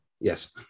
Yes